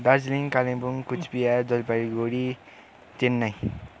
Darjeeling Kalimpong Coochbehar Jalpaiguri Chennai